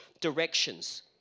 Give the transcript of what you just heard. directions